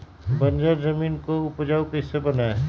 बंजर जमीन को उपजाऊ कैसे बनाय?